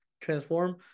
transform